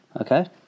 okay